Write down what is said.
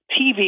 TV